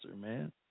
man